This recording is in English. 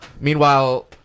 meanwhile